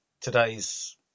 today's